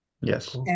Yes